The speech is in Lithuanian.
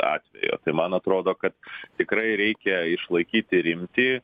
atvejo tai man atrodo kad tikrai reikia išlaikyti rimtį